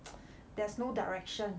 there's no direction